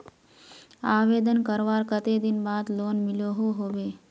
आवेदन करवार कते दिन बाद लोन मिलोहो होबे?